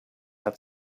had